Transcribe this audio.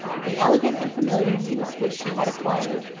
the elegant and familiar use which she had acquired,